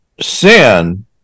sin